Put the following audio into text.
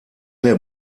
der